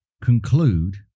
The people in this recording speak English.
conclude